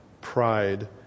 pride